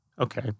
okay